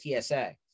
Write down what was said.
TSA